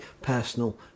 personal